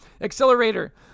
Accelerator